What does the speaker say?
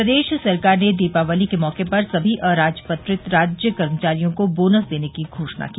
प्रदेश सरकार ने दीपावली के मौके पर सभी अराजपित्रत राज्य कर्मचारियों को बोनस देने की घोषणा की